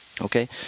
Okay